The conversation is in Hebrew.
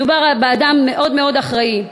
מדובר באדם מאוד מאוד אחראי,